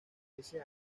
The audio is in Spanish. ese